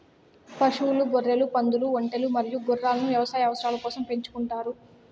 పశువులు, గొర్రెలు, పందులు, ఒంటెలు మరియు గుర్రాలను వ్యవసాయ అవసరాల కోసం పెంచుకుంటారు